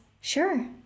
Sure